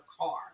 car